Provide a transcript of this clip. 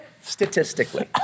statistically